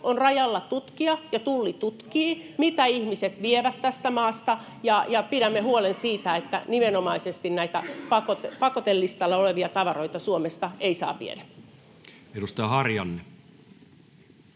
on rajalla tutkia — ja Tulli tutkii — mitä ihmiset vievät tästä maasta, ja pidämme huolen siitä, että nimenomaisesti näitä pakotelistalla olevia tavaroita Suomesta ei saa viedä. [Speech 385]